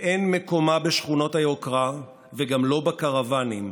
ואין מקומה בשכונות היוקרה, וגם לא בקרוואנים.